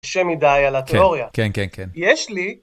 קשה מדי על התיאוריה. כן. כן, כן, כן. יש לי...